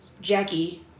Jackie